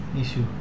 Issue